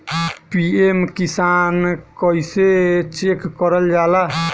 PM Kisan कइसे check करल जाला?